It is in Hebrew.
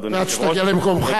ועד שתגיע למקומך,